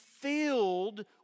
Filled